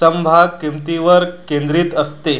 समभाग किंमतीवर केंद्रित असते